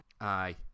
Aye